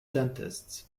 dentists